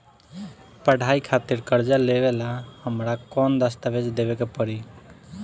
पढ़ाई खातिर कर्जा लेवेला हमरा कौन दस्तावेज़ देवे के पड़ी?